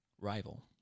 rival